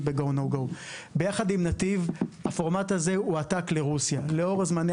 ב- GO /NO GO. הפורמט הזה הועתק לרוסיה ביחד עם נתיב לאור זמני